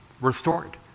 restored